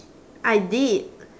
I did